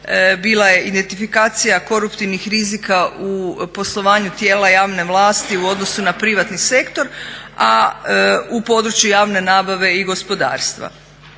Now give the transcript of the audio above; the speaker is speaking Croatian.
bila je identifikacija koruptivnih rizika u poslovanju tijela javne vlasti u odnosu na privatni sektor, a u području javne nabave i gospodarstva.